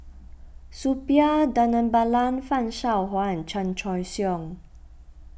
Suppiah Dhanabalan Fan Shao Hua and Chan Choy Siong